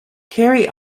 carrie